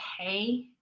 okay